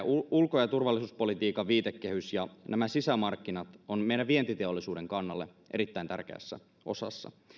ulko ja turvallisuuspolitiikan viitekehys ja nämä sisämarkkinat ovat meidän vientiteollisuutemme kannalta erittäin tärkeässä osassa